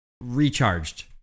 recharged